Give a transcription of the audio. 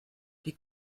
die